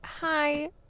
Hi